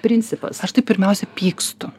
principas aš tai pirmiausia pykstu